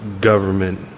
government